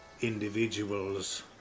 individuals